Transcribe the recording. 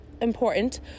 important